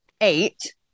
eight